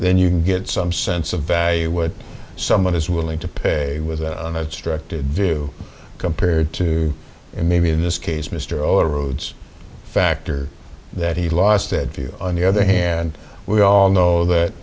then you can get some sense of value would someone is willing to pay with that struck to do compared to maybe in this case mr or roads factor that he lost that view on the other hand we all know that